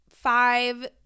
five